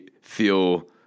feel